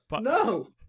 No